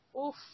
oof